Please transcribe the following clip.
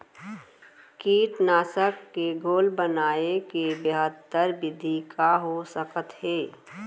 कीटनाशक के घोल बनाए के बेहतर विधि का हो सकत हे?